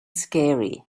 scary